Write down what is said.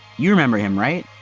you remember him, right?